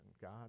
God